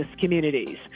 communities